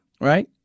right